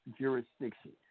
jurisdiction